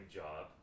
job